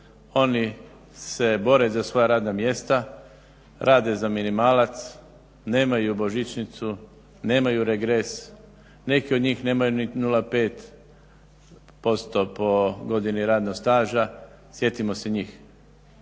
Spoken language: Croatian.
oni se bore za svoja radna mjesta, rade za minimalac, nemaju božićnicu, nemaju regres, neki od njih nemaju ni 0,5% po godini radnog staža. Sjetimo se njih,